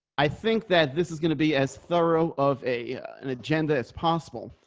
i think that this is going to be as thorough of a an agenda as possible.